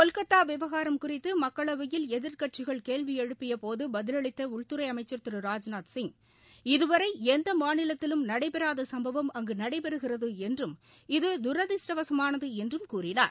கொல்கத்தா விவகாரம் குறித்து மக்களவையில் எதிர்க்கட்சிகள் கேள்வி எழுப்பியபோது பதிலளித்த உள்துறை அமைக்கா் திரு ராஜ்நாத் சிங் இதுவரை எந்த மாநிலத்திலும் நடைபெறாத சும்பவம் அங்கு நடைபெறுகிறது என்றும் இது துரதிருஷ்டவசமானது என்றும் கூறினார்